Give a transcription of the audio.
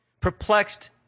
perplexed